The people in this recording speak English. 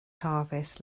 harvest